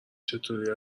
چطوری